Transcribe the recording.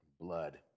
Blood